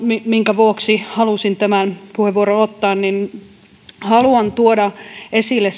minkä vuoksi halusin tämän puheenvuoron ottaa ja minkä tuoda esille